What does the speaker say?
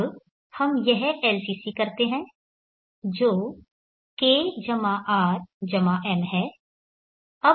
अब हम यह LCC करते हैं जो K R M है